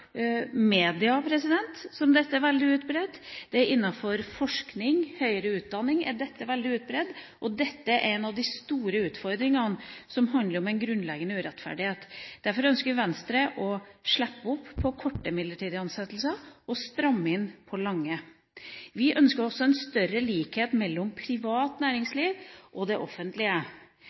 media og innenfor forskning og høyere utdanning er dette veldig utbredt. Dette er en av de store utfordringene som handler om en grunnleggende urettferdighet. Derfor ønsker Venstre å slippe opp når det gjelder korte midlertidige ansettelser, og stramme inn på de lange. Vi ønsker også en større likhet mellom privat næringsliv og det offentlige.